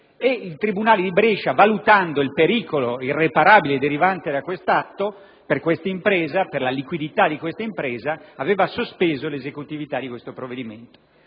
il tribunale di Brescia, valutando il pericolo irreparabile derivante da quest'atto per la liquidità dell'impresa, aveva sospeso l'esecutività del provvedimento.